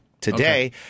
today